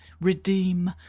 Redeem